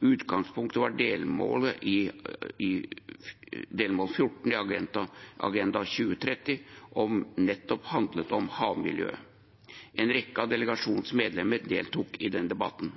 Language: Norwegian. Utgangspunktet var delmål 14 i Agenda 2030, som nettopp handler om havmiljøet. En rekke av delegasjonens medlemmer deltok i den debatten.